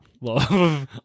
love